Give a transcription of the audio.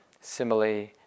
simile